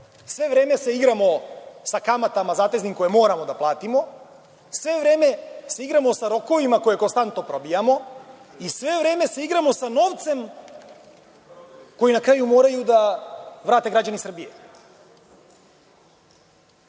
sve vreme se igramo sa kamatama zateznim koje moramo da platimo, sve vreme se igramo sa rokovima koje konstantno probijamo i sve vreme se igramo sa novcem koji na kraju moraju da vrate građani Srbije. Malopre